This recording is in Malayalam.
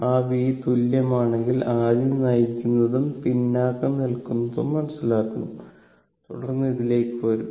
ആ v തുല്യമാണെങ്കിൽ ആദ്യം നയിക്കുന്നതും പിന്നാക്കം നിൽക്കുന്നതും മനസ്സിലാക്കണം തുടർന്ന് ഇതിലേക്ക് വരും